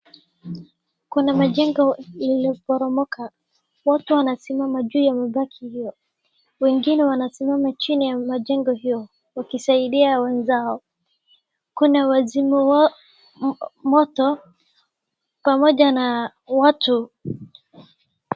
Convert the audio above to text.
Kuna majengo yaliyoporomoka watu wanasimama juu ya mabaki hiyo wngine wanasimama chini ya majengo hiyo wakisaidia wenzao. Kuna wazima moto pamoja na watu.